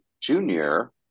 junior